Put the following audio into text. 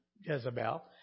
Jezebel